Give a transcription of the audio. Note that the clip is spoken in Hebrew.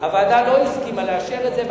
הוועדה לא הסכימה לאשר את זה,